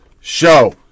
show